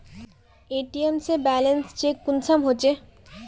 ATM से balance check कुंसम होचे?